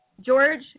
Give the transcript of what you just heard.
George